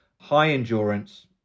high-endurance